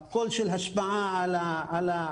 הקול של השפעה על התכנים,